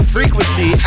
Frequency